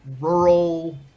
rural